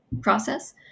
process